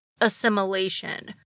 assimilation